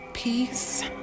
Peace